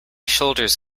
shoulders